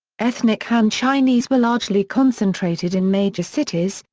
ethnic han chinese were largely concentrated in major cities,